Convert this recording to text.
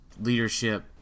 leadership